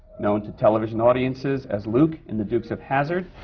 known to television audiences as luke in the dukes of hazzard,